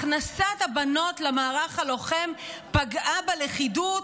הכנסת הבנות למערך הלוחם פגעה בלכידות,